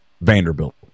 Vanderbilt